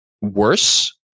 worse